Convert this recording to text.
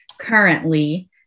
currently